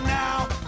now